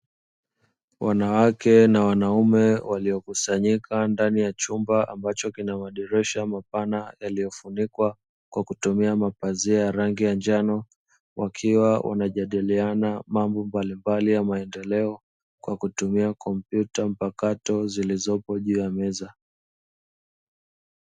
Wanawake na wanaume waliokusanyika ndani ya chumba ambacho kina madirisha mapana yaliyofunikwa kwa kutumia mapazia rangi ya jana wakiwa wanajadiliana mambo mbalimbali ya maendeleo kwa kutumia kompyuta mpakato zilizopo juu ya meza.